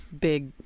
big